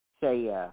say